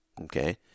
Okay